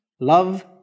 Love